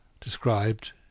described